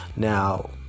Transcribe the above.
Now